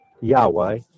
Yahweh